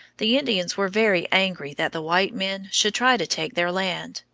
the indians were very angry that the white men should try to take their land,